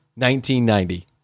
1990